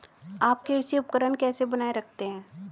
आप कृषि उपकरण कैसे बनाए रखते हैं?